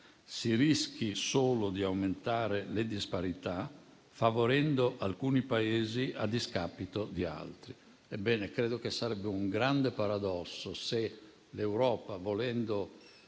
si rischi solo di aumentare le disparità, favorendo alcuni Paesi a discapito di altri». Ebbene, credo che sarebbe un grande paradosso se l'Europa, volendo